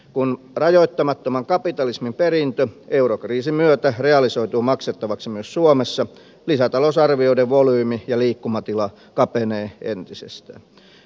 kun rajoittamattoman kapitalismin perintö eurokriisin myötä realisoituu maksettavaksi myös suomessa lisätalousarvioiden volyymi ja liikkumatila kapenevat entisestään